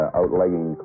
outlegging